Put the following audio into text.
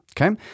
Okay